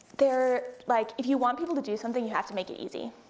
they're, like if you want people to do something, you have to make it easy.